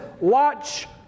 watch